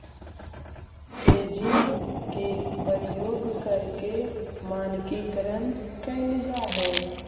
hedging के प्रयोग करके मानकीकरण कैल जा हई